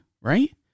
Right